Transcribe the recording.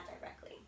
directly